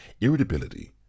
irritability